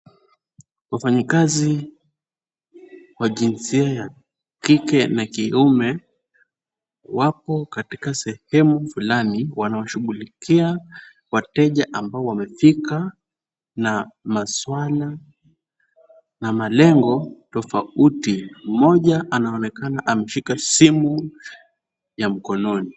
Wafanyikazi wa jinsia ya kike na kiume, wapo katika sehemu fulani, wanawashughulikia wateja ambao wamefika na maswala na malengo tofauti. Mmoja anaonekana ameshika simu ya mkononi.